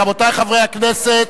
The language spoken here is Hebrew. רבותי חברי הכנסת,